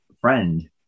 friend